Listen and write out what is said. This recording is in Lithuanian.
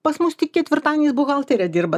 pas mus tik ketvirtadieniais buhalterė dirba